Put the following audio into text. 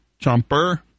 Chomper